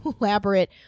elaborate